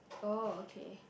oh okay